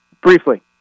Briefly